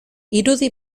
irudi